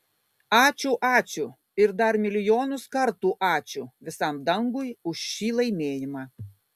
ačiū ačiū ir dar milijonus kartų ačiū visam dangui už šį laimėjimą